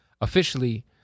officially